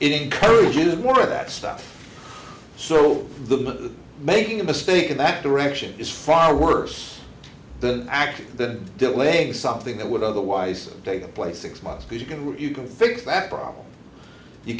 encourages more of that stuff so the making a mistake in that direction is far worse actually than delaying something that would otherwise take place six months because you can you can fix that problem you